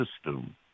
system